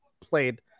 played